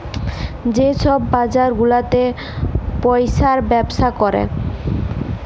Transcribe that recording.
যে ছব বাজার গুলাতে পইসার ব্যবসা ক্যরে